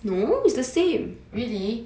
really